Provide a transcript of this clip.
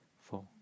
four